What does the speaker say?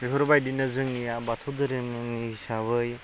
बेफोरबायदिनो जोंनिआ बाथौ धोरोमनि हिसाबै